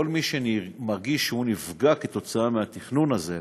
כל מי שמרגיש שהוא נפגע כתוצאה מהתכנון הזה,